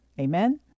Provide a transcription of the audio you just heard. Amen